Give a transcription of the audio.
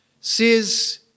says